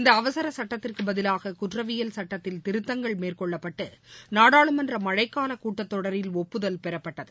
இந்த அவசர சுட்டத்திற்குப் பதிலாக குற்றவியல் சுட்டத்தில் திருத்தங்கள் மேற்கொள்ளப்பட்டு நாடாளுமன்ற மழைக்காலக் கூட்டத்தொடரில் ஒப்புதல் பெறப்பட்டது